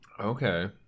Okay